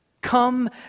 Come